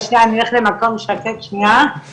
אני אלך למקום שקט שנייה.